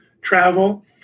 travel